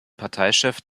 parteichef